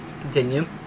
Continue